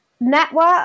network